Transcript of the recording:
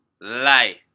Lie